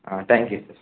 thank you sir